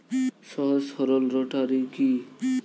সহজ সরল রোটারি কি?